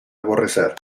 aborrecer